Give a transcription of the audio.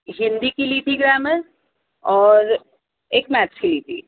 ہندی کی لی تھی گرامر اور ایک میتھس کی لی تھی